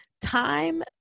Time